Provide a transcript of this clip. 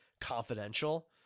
confidential